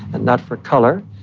and not for color.